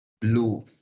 Blue